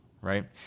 right